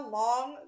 long